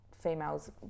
females